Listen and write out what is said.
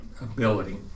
ability